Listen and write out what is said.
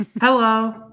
Hello